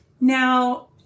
Now